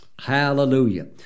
Hallelujah